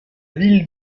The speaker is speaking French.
ville